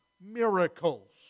miracles